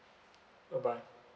bye bye